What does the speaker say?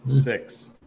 Six